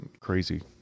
crazy